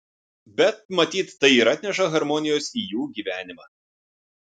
bet matyt tai ir atneša harmonijos į jų gyvenimą